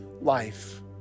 life